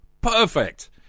Perfect